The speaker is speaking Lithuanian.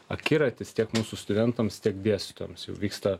akiratis tiek mūsų studentams tiek dėstytojams jau vyksta